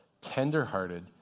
tenderhearted